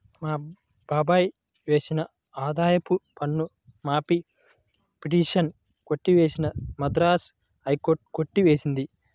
మా బాబాయ్ వేసిన ఆదాయపు పన్ను మాఫీ పిటిషన్ కొట్టివేసిన మద్రాస్ హైకోర్టు కొట్టి వేసింది